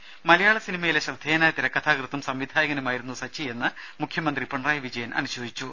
ദര മലയാള സിനിമയിലെ ശ്രദ്ധേയനായ തിരക്കഥാകൃത്തും സംവിധായകനുമായിരുന്നു സച്ചി എന്ന് മുഖ്യമന്ത്രി പിണറായി വിജയൻ അനുശോചിച്ചു